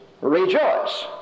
Rejoice